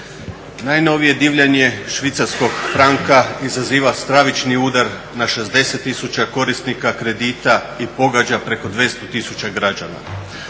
Najnovije divljanje švicarskog franka izaziva stravični udar na 60 tisuća korisnika kredita i pogađa preko 200 tisuća građana,